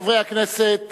חברי הכנסת